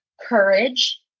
courage